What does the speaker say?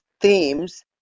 themes